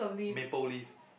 maple leaf